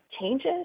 changes